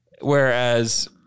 whereas